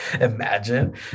Imagine